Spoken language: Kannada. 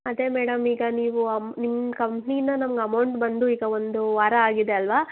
ಅದೇ ಮೇಡಮ್ ಈಗ ನೀವು ಅಮ್ ನಿಮ್ಮ ಕಂಪನಿಯಿಂದ ನಮ್ಗೆ ಅಮೌಂಟ್ ಬಂದು ಈಗ ಒಂದು ವಾರ ಆಗಿದೆ ಅಲ್ವಾ